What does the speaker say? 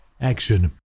action